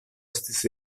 estis